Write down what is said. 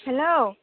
hello